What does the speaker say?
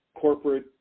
corporate